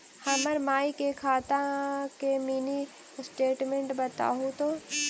हमर माई के खाता के मीनी स्टेटमेंट बतहु तो?